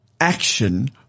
action